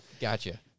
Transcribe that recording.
Gotcha